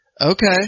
Okay